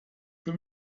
für